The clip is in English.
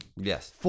Yes